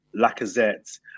Lacazette